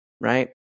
right